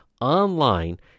online